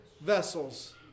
vessels